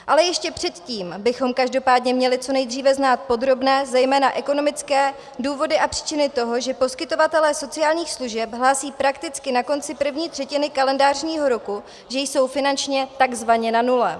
Ale ještě předtím bychom každopádně měli co nejdříve znát podrobné, zejména ekonomické důvody a příčiny toho, že poskytovatelé sociálních služeb hlásí prakticky na konci první třetiny kalendářního roku, že jsou finančně tzv. na nule.